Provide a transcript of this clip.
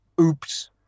Oops